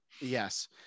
Yes